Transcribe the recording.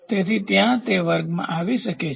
તેથી ત્યાં તે વર્ગમાં આવી શકે છે